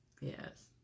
Yes